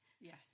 Yes